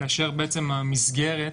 כאשר המסגרת